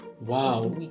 Wow